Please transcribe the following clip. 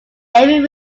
every